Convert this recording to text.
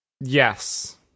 yes